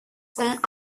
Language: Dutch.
van